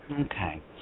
Okay